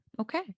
okay